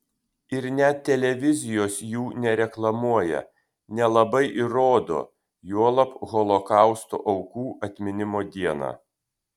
ir net televizijos jų nereklamuoja nelabai ir rodo juolab holokausto aukų atminimo dieną